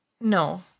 No